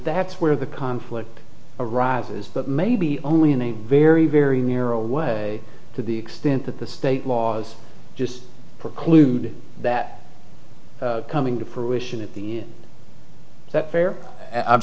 that's where the conflict arises that maybe only in a very very narrow way to the extent that the state laws just preclude that coming to fruition at the that fair i'm